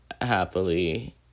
happily